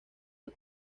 del